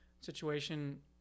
situation